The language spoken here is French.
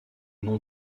non